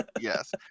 Yes